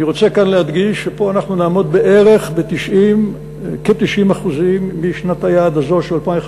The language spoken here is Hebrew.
אני רוצה כאן להדגיש שפה אנחנו נעמוד בערך ב-90% משנת היעד הזו של 2015,